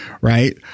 right